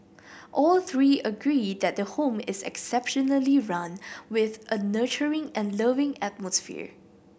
all three agree that the home is exceptionally run with a nurturing and loving atmosphere